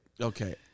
Okay